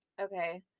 Okay